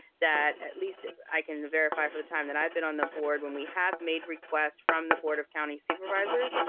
that at least i can verify for the time that i've been on the board, when we have made requests from the board of county supervisors,